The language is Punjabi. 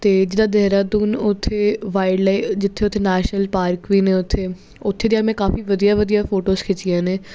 ਅਤੇ ਜਿੱਦਾਂ ਦੇਹਰਾਦੂਨ ਉੱਥੇ ਵਾਈਡ ਲਾਈ ਜਿੱਥੇ ਉੱਥੇ ਨੈਸ਼ਨਲ ਪਾਰਕ ਵੀ ਨੇ ਉੱਥੇ ਉੱਥੇ ਦੇ ਮੈਂ ਕਾਫੀ ਵਧੀਆ ਵਧੀਆ ਫੋਟੋਸ ਖਿੱਚੀਆਂ ਨੇ